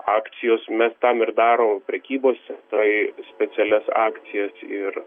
akcijos mes tam ir darom prekybos centrai specialias akcijas ir